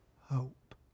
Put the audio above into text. hope